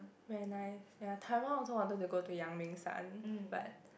when I ya Taiwan also wanted to go to 阳明山 but